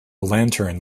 lantern